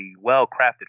well-crafted